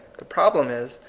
the problem is,